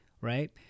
right